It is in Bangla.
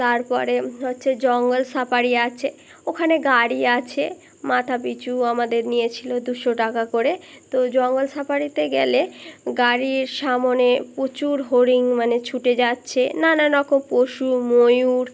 তারপরে হচ্ছে জঙ্গল সাফরি আছে ওখানে গাড়ি আছে মাথা পিছু আমাদের নিয়েছিলো দুশো টাকা করে তো জঙ্গল সাফারিতে গেলে গাড়ির সামনে প্রচুর হরিণ মানে ছুটে যাচ্ছে নান রকম পশু ময়ূর